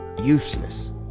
useless